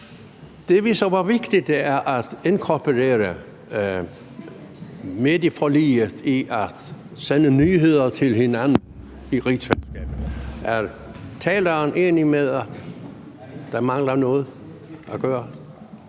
det viser, hvor vigtigt det er at inkorporere medieforliget i at sende nyheder til hinanden i rigsfællesskabet. Er taleren enig i, at der mangler at blive